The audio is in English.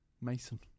Mason